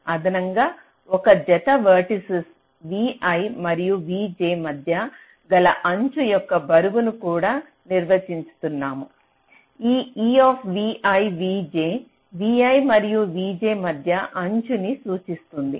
అదనంగా ఒక జత వెర్టిసిస్ vi మరియు vj మధ్య గల అంచు యొక్క బరువులను కూడా నిర్వచిస్తున్నాము ఈ e vi vj vi మరియు vj మధ్య అంచుని సూచిస్తుంది